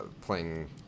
playing